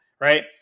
right